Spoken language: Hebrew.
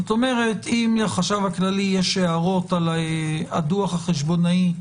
כלומר אם לחשב הכללי יש הערות על הדוח החשבונאי,